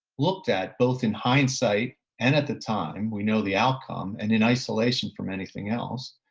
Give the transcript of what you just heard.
looked at both in hindsight and at the time we know the outcome and in isolation from anything else.